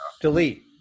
delete